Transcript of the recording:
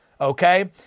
Okay